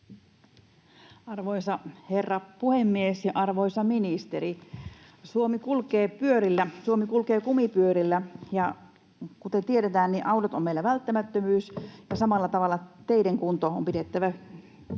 Arvoisa herra puhemies ja arvoisa ministeri! Suomi kulkee kumipyörillä, ja kuten tiedetään, autot ovat meillä välttämättömyys. Samalla tavalla teiden kuntoa on pidettävä yllä